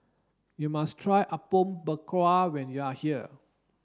you must try Apom Berkuah when you are here